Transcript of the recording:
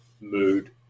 mood